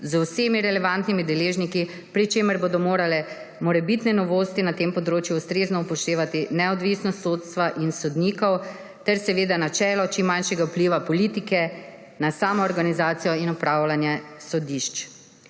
z vsemi relevantnimi deležniki, pri čemer bodo morale morebitne novosti na tem področju ustrezno upoštevati neodvisnost sodstva in sodnikov ter seveda načelo čim manjšega vpliva politike na samo organizacijo in upravljanje sodišč.